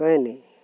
ᱠᱟᱦᱱᱤ